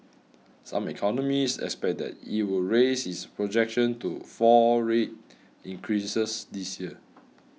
some economists expect that it will raise its projection to four rate increases this year